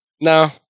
No